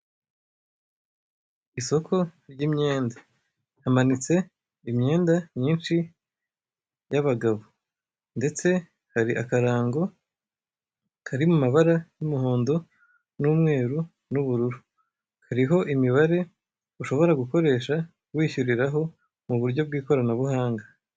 Isoko ry'imyenda hamanitse imyenda myinshi y'abagabo, ndetse hari akarango kari mu mabara y'umuhondo n'umweru n'ubururu kariho imibare ushobora gukoresha wishuriraho mu buryo bw'ikoranabuhanga.